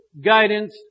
guidance